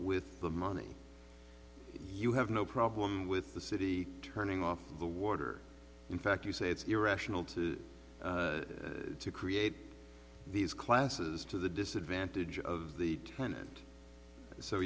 with the money you have no problem with the city turning off the water in fact you say it's irrational to create these classes to the disadvantage of the tenant so